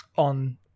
On